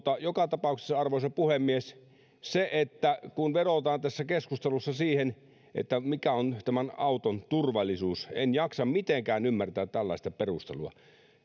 joka tapauksessa arvoisa puhemies kun vedotaan tässä keskustelussa siihen mikä on tällaisen kevytauton turvallisuus niin en jaksa mitenkään ymmärtää tällaista perustelua